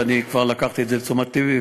ואני כבר לקחתי את זה לתשומת לבי,